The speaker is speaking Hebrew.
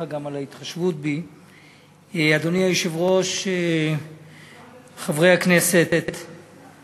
ויציג את ההצעה יושב-ראש ועדת הכספים חבר הכנסת משה